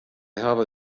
hawwe